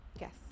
Yes